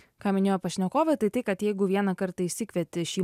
ką minėjo pašnekovė tai tai kad jeigu vieną kartą išsikvieti šį